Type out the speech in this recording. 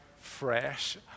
fresh